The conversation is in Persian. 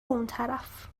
اونطرف